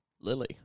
Lily